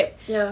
ya